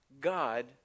God